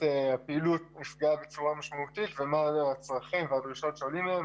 הפעילות נפגעה בצורה משמעותית ומה היו הצרכים והדרישות שעולים מהם.